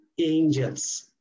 angels